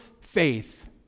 faith